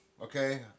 Okay